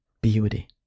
beauty